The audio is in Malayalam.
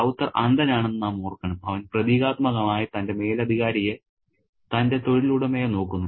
റൌത്തർ അന്ധനാണെന്ന് നാം ഓർക്കണം അവൻ പ്രതീകാത്മകമായി തന്റെ മേലധികാരിയെ തന്റെ തൊഴിലുടമയെ നോക്കുന്നു